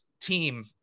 team